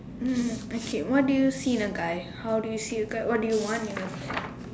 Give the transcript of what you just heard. mm okay what do you see in a guy how do you see a guy what do you want in a guy